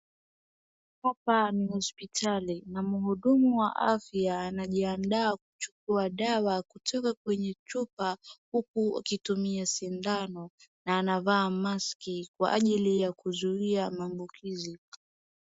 Hapa ni hospitali na mhudumu wa afya anajihadaa kuchukua dawa kutoka kwenye chupa uku akitumia sindano na anavaa mask kwa ajili ya kuzuia maambukizi.